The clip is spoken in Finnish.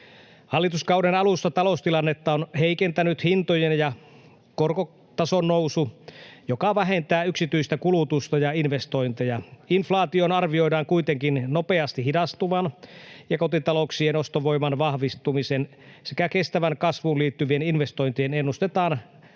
Hallituskauden alussa taloustilannetta on heikentänyt hintojen ja korkotason nousu, joka vähentää yksityistä kulutusta ja investointeja. Inflaation arvioidaan kuitenkin nopeasti hidastuvan, ja kotitalouksien ostovoiman vahvistumisen sekä kestävään kasvuun liittyvien investointien ennustetaan nopeuttavan